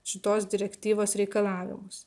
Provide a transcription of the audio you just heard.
šitos direktyvos reikalavimus